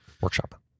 workshop